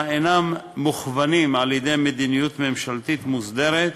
אינם מוכוונים על-ידי מדיניות ממשלתית מוסדרת,